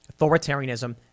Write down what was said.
authoritarianism